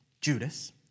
Judas